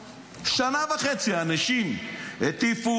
שנה וחצי אנשים הטיפו